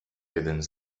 jeden